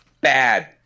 Bad